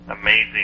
amazing